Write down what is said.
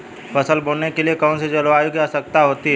फसल बोने के लिए कौन सी जलवायु की आवश्यकता होती है?